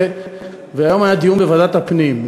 היום היה דיון בוועדת הפנים,